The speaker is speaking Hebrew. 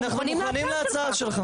אנחנו מוכנים להצעה שלך.